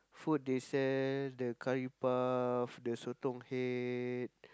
food they sell the curry-puff the sotong head